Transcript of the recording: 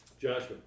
Joshua